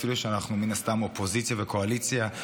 אפילו שאנחנו מן הסתם אופוזיציה וקואליציה,